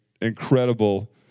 incredible